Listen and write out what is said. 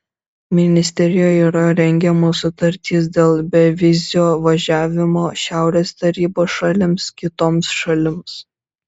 ministerijoje yra rengiamos sutartys dėl bevizio važiavimo šiaurės tarybos šalims kitoms šalims